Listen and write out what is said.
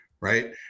right